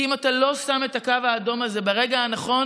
כי אם אתה לא שם את הקו האדום הזה ברגע הנכון,